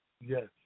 yes